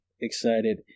excited